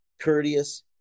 courteous